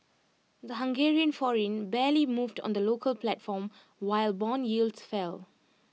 the Hungarian forint barely moved on the local platform while Bond yields fell